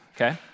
Okay